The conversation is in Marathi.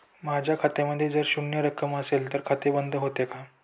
माझ्या खात्यामध्ये जर शून्य रक्कम असेल तर खाते बंद होते का?